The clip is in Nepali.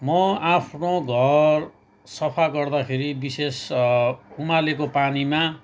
म आफ्नो घर सफा गर्दाखेरि विशेष उमालेको पानीमा